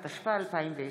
עמית הלוי,